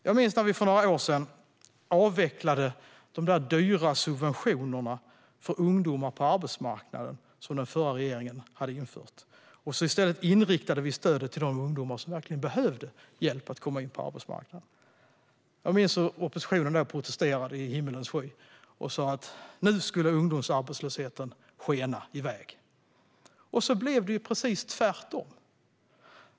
Jag minns när vi för några år sedan avvecklade de dyra subventioner för ungdomar på arbetsmarknaden som den förra regeringen införde och i stället inriktade stödet till de ungdomar som verkligen behöver hjälp att komma in på arbetsmarknaden. Jag minns hur oppositionen protesterade i himmelens sky och sa att nu skulle ungdomsarbetslösheten skena i väg. Och så blev det precis tvärtom.